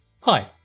Hi